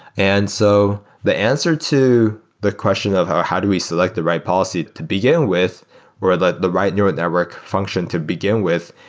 and so the answer to the question of how how do we select the right policy to begin with or the the right neural network function to begin with?